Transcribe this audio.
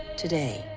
today,